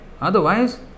Otherwise